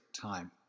Time